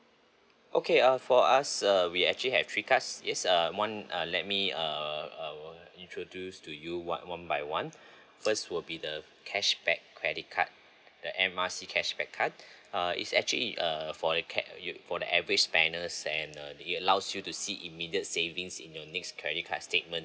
okay uh for us uh we actually have three cards yes um one uh let me err uh introduce to you one one by one first will be the cashback credit card the M R C cashback card uh it's actually uh for the cash you for the average spenders and err it allows you to see immediate savings in your next credit card statement